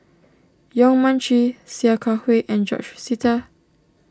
Yong Mun Chee Sia Kah Hui and George Sita